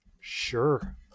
sure